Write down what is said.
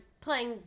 playing